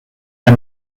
der